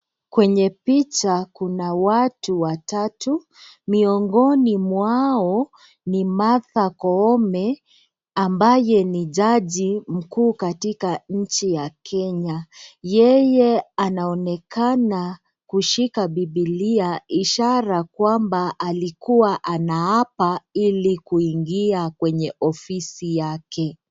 Kwenye picha kuna watu watatu. Miongoni mwao ni Martha Koome ambaye ni jaji mkuu katika nchi ya Kenya, yeye anaonekana kushika biblia ishara kwamba alikuwa anaapa ili kuingia kwenye ofisi yake.